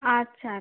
আচ্ছা আচ্ছা